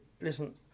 Listen